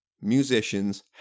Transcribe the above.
musicians